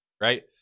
right